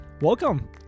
welcome